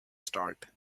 start